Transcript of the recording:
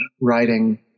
writing